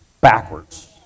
backwards